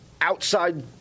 outside